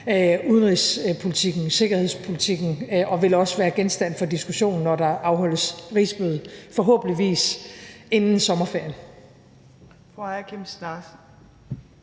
udenrigspolitikken og sikkerhedspolitikken og vil også være genstand for diskussion, når der afholdes rigsmøde forhåbentlig inden sommerferien.